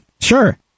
Sure